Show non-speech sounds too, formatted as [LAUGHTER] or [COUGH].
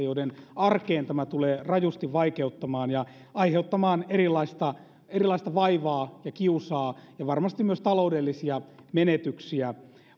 [UNINTELLIGIBLE] joiden arkea tämä tulee rajusti vaikeuttamaan ja aiheuttamaan erilaista erilaista vaivaa ja kiusaa ja varmasti myös taloudellisia menetyksiä